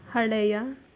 ಹಳೆಯ